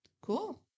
Cool